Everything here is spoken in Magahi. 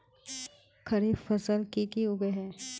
खरीफ फसल की की उगैहे?